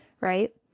right